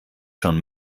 schon